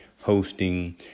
hosting